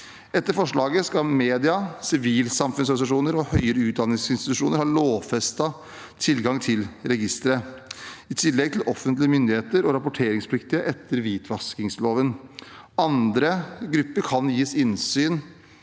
Etter forslaget skal media, sivilsamfunnsorganisasjoner og høyere utdanningsinstitusjoner ha lovfestet tilgang til registeret, i tillegg til offentlige myndigheter og rapporteringspliktige etter hvitvaskingsloven. Andre grupper kan gis innsyn